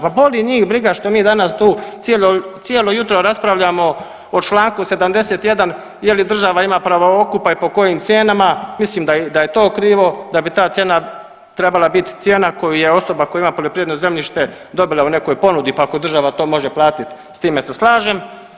Pa boli njih briga što mi danas tu cijelo jutro raspravljamo o čl. 71. je li država ima pravookupa i po kojim cijenama, mislim da je to krivo, da bi ta cijena trebala biti cijena koju je osoba koja ima poljoprivredno zemljište dobila u nekoj ponudi pa ako država to može platit s time se slažem.